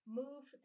move